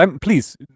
Please